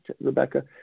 Rebecca